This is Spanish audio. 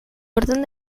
orden